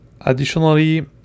additionally